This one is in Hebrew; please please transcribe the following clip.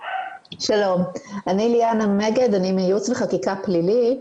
שלום, אני ליאנה מגד, אני מייעוץ וחקיקה פלילי.